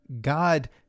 God